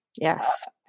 Yes